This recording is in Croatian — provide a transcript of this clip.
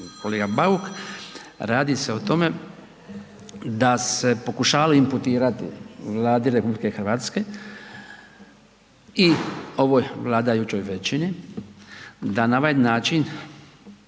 kolega Bauk, radi se o tome da se pokušava imputirati Vladi RH i ovoj vladajućoj većini da na ovaj način